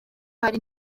hari